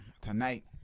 Tonight